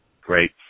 Great